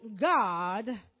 God